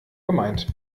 gemeint